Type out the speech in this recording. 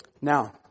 Now